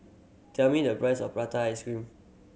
tell me the price of prata ice cream